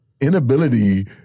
inability